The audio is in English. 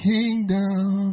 kingdom